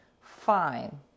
Fine